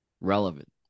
relevant